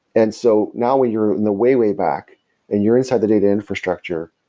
and so now when you're in the way, way back and you're inside the data infrastructure,